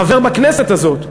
חבר בכנסת הזו,